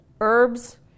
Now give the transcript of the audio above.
herbs